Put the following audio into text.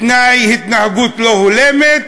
תודה לחבר הכנסת